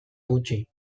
gutxi